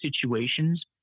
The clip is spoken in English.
situations